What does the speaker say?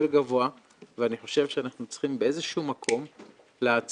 גבוה ואני חושב שאנחנו צריכים באיזה שהוא מקום לעצור.